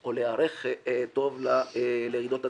או להיערך טוב לרעידות אדמה.